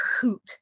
hoot